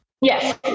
Yes